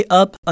up